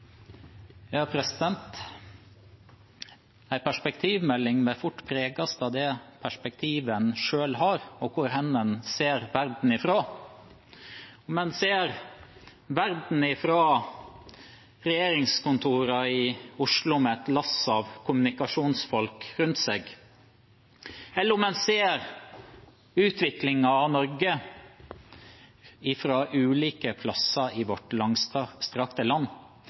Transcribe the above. perspektivmelding vil fort preges av det perspektivet en selv har, og hvor en ser verden fra – om en ser verden fra regjeringskontorene i Oslo med et lass av kommunikasjonsfolk rundt seg, eller om en ser utviklingen av Norge fra ulike steder i vårt langstrakte land.